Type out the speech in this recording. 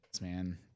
man